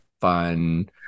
fun